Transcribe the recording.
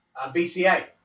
BCA